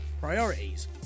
Priorities